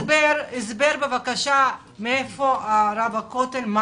הסבר בבקשה מאיפה הגיע תפקיד רב הכותל.